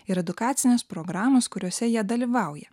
ir edukacinės programos kuriose jie dalyvauja